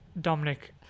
Dominic